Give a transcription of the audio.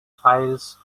files